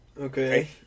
okay